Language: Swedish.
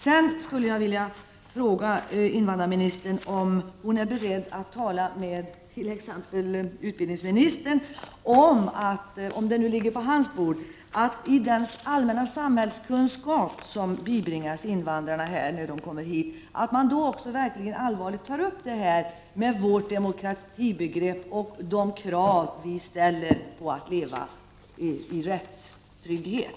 Jag skulle vilja fråga invandrarministern om hon är beredd att tala med t.ex. utbildningsministern, om det nu är han som har ansvar för denna fråga, om att man i den allmänna samhällskunskap som bibringas invandrarna när de kommer till Sverige också allvarligt tar upp vårt demokratibegrepp och de krav som ställs när det gäller att leva i rättstrygghet.